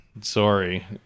sorry